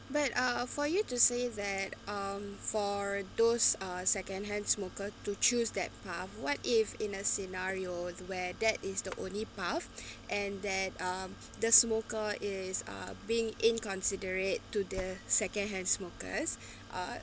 but uh for you to say that um for those uh secondhand smoker to choose that path what if in a scenario where that is the only path and that um the smoker is uh being inconsiderate to the secondhand smokers uh